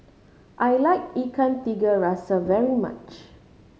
I like Ikan Tiga Rasa very much